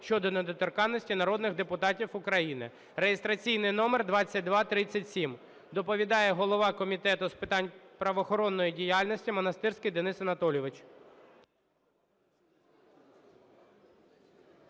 щодо недоторканності народних депутатів України" (реєстраційний номер 2237). Доповідає голова Комітету з питань правоохоронної діяльності Монастирський Денис Анатолійович.